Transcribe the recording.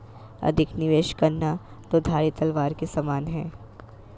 अधिक निवेश करना दो धारी तलवार के समान है